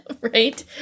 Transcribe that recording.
Right